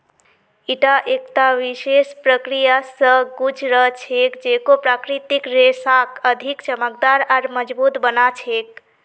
ईटा एकता विशेष प्रक्रिया स गुज र छेक जेको प्राकृतिक रेशाक अधिक चमकदार आर मजबूत बना छेक